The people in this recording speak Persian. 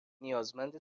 نیازمند